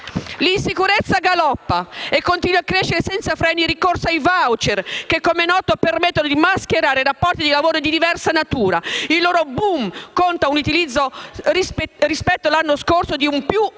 L'insicurezza galoppa, e continua a crescere senza freni il ricorso ai voucher che, come noto, permettono di mascherare rapporti di lavoro di diversa natura; il loro *boom* conta un utilizzo rispetto all'anno scorso di un + 80